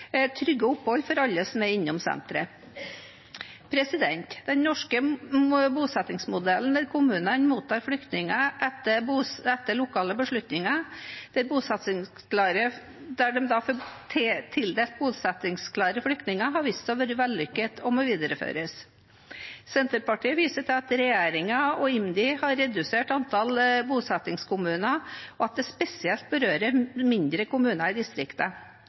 trygge opphold for alle som er innom senteret. Den norske bosettingsmodellen der kommunene mottar flyktninger etter lokale beslutninger, der de da får tildelt bosettingsklare flyktninger, har vist seg å være vellykket og må videreføres. Senterpartiet viser til at regjeringen og IMDi har redusert antall bosettingskommuner, og at det spesielt berører mindre kommuner i